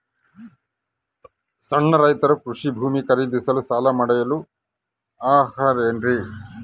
ಸಣ್ಣ ರೈತರು ಕೃಷಿ ಭೂಮಿ ಖರೇದಿಸಲು ಸಾಲ ಪಡೆಯಲು ಅರ್ಹರೇನ್ರಿ?